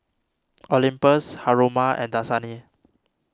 Olympus Haruma and Dasani